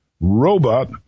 robot